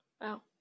wow